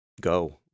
go